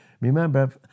remember